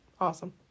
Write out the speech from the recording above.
awesome